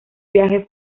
viaje